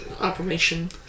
operation